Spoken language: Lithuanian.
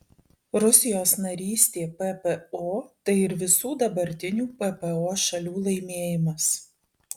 rusijos narystė ppo tai ir visų dabartinių ppo šalių laimėjimas